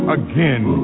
again